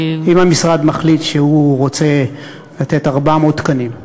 אם המשרד מחליט שהוא רוצה לתת 400 תקנים,